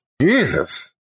Jesus